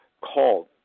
called